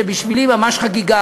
זה ממש חגיגה,